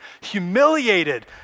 humiliated